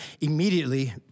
immediately